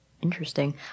Interesting